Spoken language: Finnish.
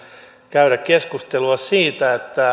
käydä keskustelua siitä että